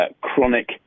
chronic